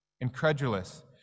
incredulous